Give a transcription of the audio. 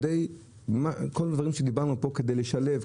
הם עשו על מנת לשלב,